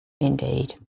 indeed